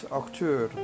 acteur